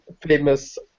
Famous